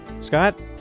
Scott